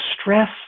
stress